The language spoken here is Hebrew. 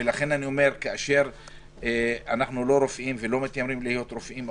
אנחנו לא רופאים ולא מתיימרים להיות רופאים,